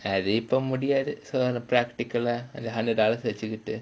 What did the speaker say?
அது இப்ப முடியாது:athu ippa mudiyaathu practical ah hundred dollar வெச்சுக்கிட்டு:vechukkittu